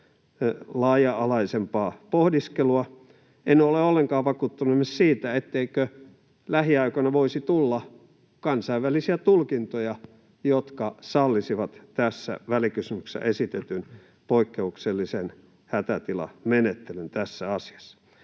laaja-alaisempaa pohdiskelua. En ole ollenkaan vakuuttunut esimerkiksi siitä, etteikö lähiaikoina voisi tulla kansainvälisiä tulkintoja, jotka sallisivat tässä välikysymyksessä esitetyn poikkeuksellisen hätätilamenettelyn tässä asiassa.